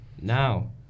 Now